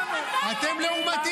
בהצעת החוק של אלמוג כהן אתם לא הצבעתם.